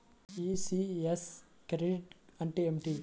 ECS credit అంటే ఏమిటి?